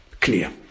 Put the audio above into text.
clear